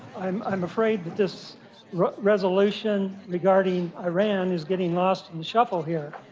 um i am afraid that this resolution regarding iran is getting lost in the shuffle here.